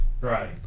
right